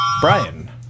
Brian